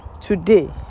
today